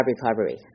recovery